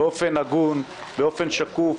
הגון שקוף.